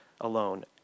alone